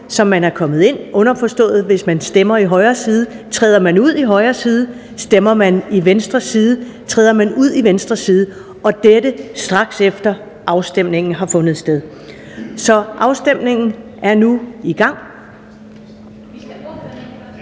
hvor man er kommet ind, underforstået at hvis man stemmer i højre side, træder man ud i højre side, og stemmer man i venstre side, træder man ud i venstre side, og dette straks efter afstemningen har fundet sted. Så afstemningen er nu i gang.